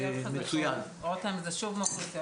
זה לאוכלוסיות